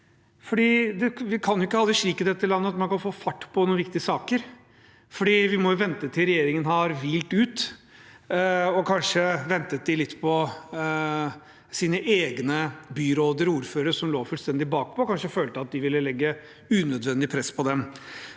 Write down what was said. vi kan jo ikke ha det slik i dette landet at man kan få fart på noen viktige saker. Vi må vente til regjeringen har hvilt ut. Kanskje ventet de litt på sine egne byråder og ordførere som lå fullstendig bakpå. Kanskje følte de at det ville legge unødvendig press på dem.